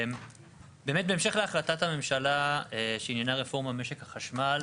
בהמשך להחלטת הממשלה שעניינה רפורמת משק החשמל,